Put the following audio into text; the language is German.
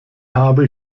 habe